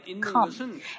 come